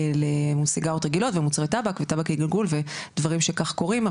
למול סיגריות רגילות ומוצרי טבק וטבק לגלגול ודברים שכך קוראים,